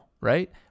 right